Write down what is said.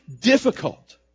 difficult